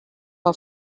our